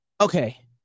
okay